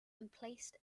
emplaced